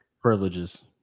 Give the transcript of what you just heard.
Privileges